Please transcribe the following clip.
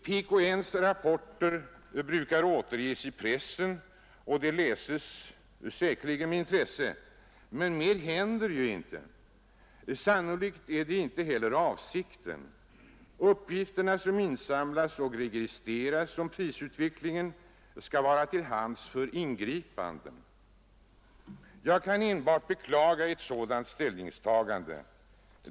PKNs rapporter brukar återges i pressen, och de läses säkerligen med intresse, men mer händer ju inte. Sannolikt är det inte heller avsikten. De uppgifter som insamlas och registreras om prisutvecklingen skall vara till hands för ingripanden. Jag kan enbart beklaga ett sådant ställningstagande.